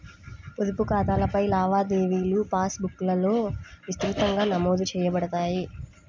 పొదుపు ఖాతాలపై లావాదేవీలుపాస్ బుక్లో విస్తృతంగా నమోదు చేయబడతాయి